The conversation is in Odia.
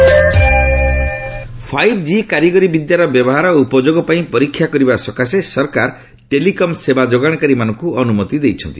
ଫାଇଭ୍ ଜି ଫାଇଭ୍ ଜି କାରିଗରି ବିଦ୍ୟାର ବ୍ୟବହାର ଓ ଉପଯୋଗ ପାଇଁ ପରୀକ୍ଷା କରିବା ସକାଶେ ସରକାର ଟେଲିକମ୍ ସେବା ଯୋଗାଶକାରୀମାନଙ୍କୁ ଅନୁମତି ଦେଇଛନ୍ତି